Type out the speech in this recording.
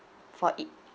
for ea~